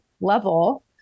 level